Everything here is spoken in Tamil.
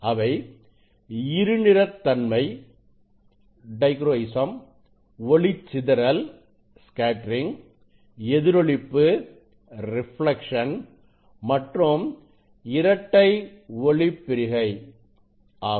அவை இருநிறத்தன்மை ஒளிச்சிதறல் எதிரொளிப்பு மற்றும் இரட்டை ஒளிப்பிரிகை ஆகும்